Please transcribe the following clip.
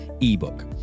ebook